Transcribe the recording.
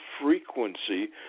frequency